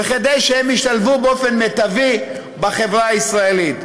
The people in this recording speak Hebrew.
וכדי שהם ישתלבו באופן מיטבי בחברה הישראלית,